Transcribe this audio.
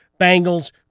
Bengals